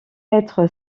être